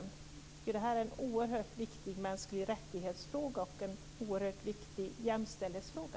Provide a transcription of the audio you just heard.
Jag tycker att detta är en oerhört viktig mänsklig rättighets-fråga och en oerhört viktig jämställdhetsfråga.